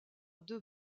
deux